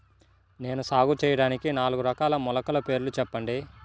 నేను సాగు చేయటానికి నాలుగు రకాల మొలకల పేర్లు చెప్పండి?